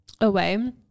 away